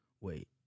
Wait